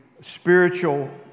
spiritual